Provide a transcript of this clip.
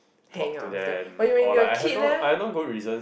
talk to them or like I have no I have no good reason